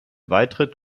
beitritt